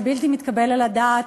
זה בלתי מתקבל על הדעת.